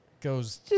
goes